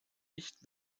nicht